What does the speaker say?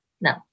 No